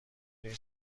این